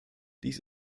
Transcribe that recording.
dies